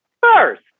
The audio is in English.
first